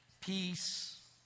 peace